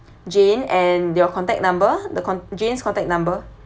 jane and your contact number the con~ jane's contact number